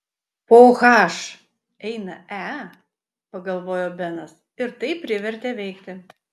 po h eina e pagalvojo benas ir tai privertė veikti